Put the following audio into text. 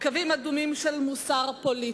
קווים אדומים של מוסר פוליטי,